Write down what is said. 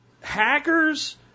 hackers